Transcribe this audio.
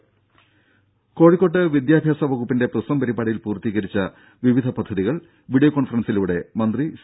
രുര കോഴിക്കോട്ട് വിദ്യാഭ്യാസ വകുപ്പിന്റെ പ്രിസം പരിപാടിയിൽ പൂർത്തീകരിച്ച വിവിധ പദ്ധതികൾ വീഡിയോ കോൺഫറൻസിലൂടെ മന്ത്രി സി